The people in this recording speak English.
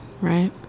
Right